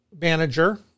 manager